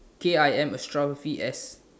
K I M apostrophe S